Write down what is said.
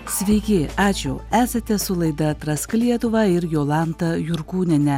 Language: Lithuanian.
sveiki ačiū esate su laida atrask lietuvą ir jolanta jurkūniene